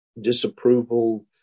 disapproval